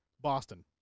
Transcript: Boston